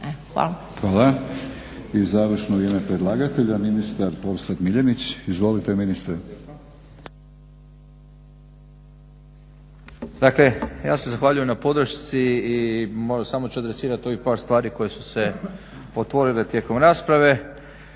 Hvala. I završnu u ime predlagatelja ministar Orsat Miljenić. Izvolite ministre. **Miljenić, Orsat** Hvala lijepa. Dakle, ja se zahvaljujem na podršci i samo ću adresirat ovih par stvari koje su se otvorile tijekom rasprave.